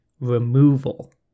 removal